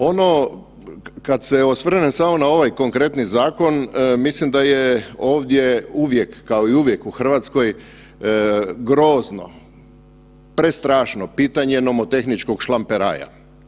Ono kad se osvrnem samo na ovaj konkretni zakon, mislim da je ovdje uvijek, kao i uvijek u Hrvatskoj grozno, prestrašno pitanje nomotehničkog šlamperaja.